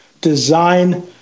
design